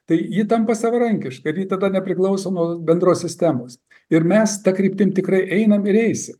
tai ji tampa savarankiška ir ji tada nepriklauso nuo bendros sistemos ir mes ta kryptim tikrai einam ir eisim